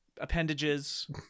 appendages